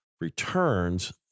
returns